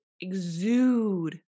exude